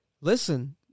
Listen